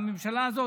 בממשלה הזאת,